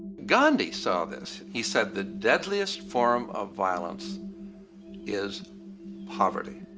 gandhi saw this. he said the deadliest form of violence is poverty.